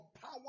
power